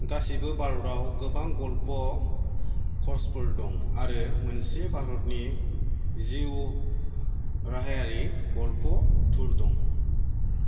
गासैबो भारतआव गोबां गल्फ कर्सफोर दं आरो मोनसे भारतनि जिउ राहायारि गल्फ थुर दं